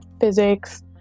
physics